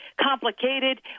complicated